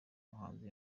umuhanzi